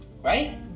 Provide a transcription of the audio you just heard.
right